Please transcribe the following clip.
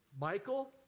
Michael